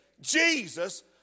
Jesus